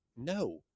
no